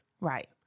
right